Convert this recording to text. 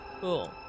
Cool